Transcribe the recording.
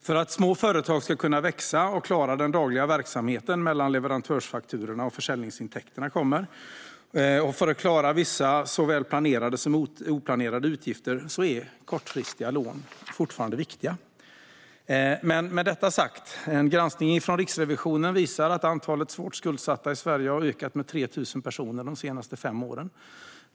För att små företag ska kunna växa och klara den dagliga verksamheten mellan leverantörsfakturorna och försäljningsintäkterna och för att klara vissa såväl planerade som oplanerade utgifter är kortfristiga lån fortfarande viktiga. Med detta sagt visar en granskning från Riksrevisionen att antalet svårt skuldsatta i Sverige har ökat med 3 000 personer under de senaste fem åren.